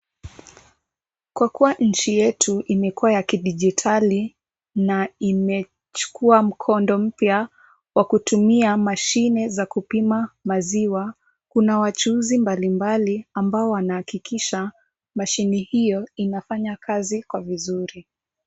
Kwa kuwa nchi yetu imekuwa ya kidigitali na imechukuwa mkondo mpya wa kutumia mashine za kupima maziwa. Kuna wachuuzi mbalimbali ambao wanahakikisha mashine hiyo inafanya kazi kwa vizuri.